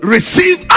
Receive